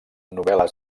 novel·les